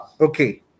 Okay